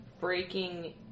Breaking